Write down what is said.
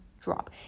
drop